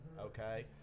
okay